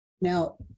Now